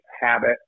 habit